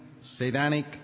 satanic